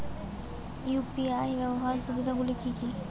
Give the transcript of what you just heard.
UPI ব্যাবহার সুবিধাগুলি কি কি?